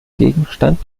gegenstand